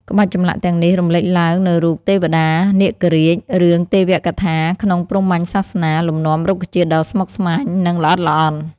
ក្បាច់ចម្លាក់ទាំងនេះរំលេចឡើងនូវរូប ទេវតា នាគរាជ រឿងទេវកថាក្នុងព្រហ្មញ្ញសាសនា លំនាំរុក្ខជាតិដ៏ស្មុគស្មាញ និងល្អិតល្អន់។